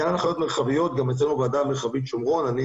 --- הנחיות מרחביות גם אצלנו בוועדה המרחבית שומרון,